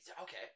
Okay